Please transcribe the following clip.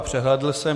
Přehlédl jsem.